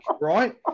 right